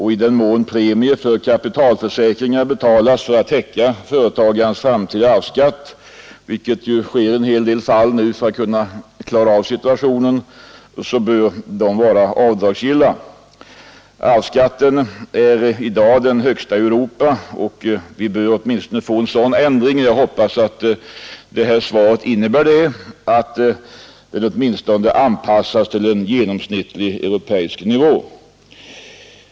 I den mån premier för kapitalförsäkringar betalas för att täcka företagarens framtida arvsskatt — vilket numera sker i en hel del fall för att man skall kunna klara av situationen — bör dessa göras avdragsgilla. Vår arvsskatt är i dag den högsta i Europa. Vi bör kunna få en sådan ändring — och jag hoppas att det är innebörden i svaret — att den åtminstone anpassas till en genomsnittlig europeisk nivå.